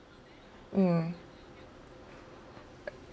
mm e~